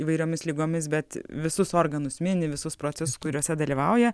įvairiomis ligomis bet visus organus mini visus procesus kuriuose dalyvauja